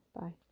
Bye